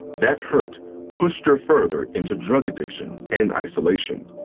that hurt pushed her further into drug addiction and isolation.